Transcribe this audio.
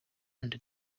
under